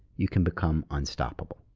you can become unstoppable.